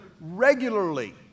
regularly